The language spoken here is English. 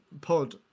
pod